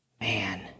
man